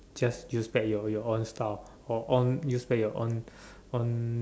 just use back your your own style or own use back your own own